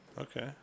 Okay